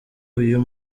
uyu